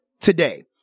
today